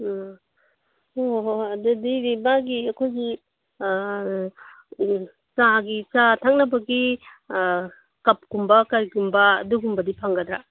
ꯎꯝ ꯑꯣ ꯍꯣꯏ ꯍꯣꯏ ꯑꯗꯨꯗꯤ ꯃꯥꯒꯤ ꯑꯩꯈꯣꯏꯒꯤ ꯆꯥꯒꯤ ꯆꯥ ꯊꯛꯅꯕꯒꯤ ꯀꯞꯀꯨꯝꯕ ꯀꯔꯤꯒꯨꯝꯕ ꯑꯗꯨꯒꯨꯝꯕꯗꯤ ꯐꯪꯒꯗ꯭ꯔꯥ